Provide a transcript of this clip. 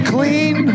Clean